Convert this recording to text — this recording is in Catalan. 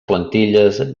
plantilles